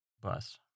bus